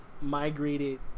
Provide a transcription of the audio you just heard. migrated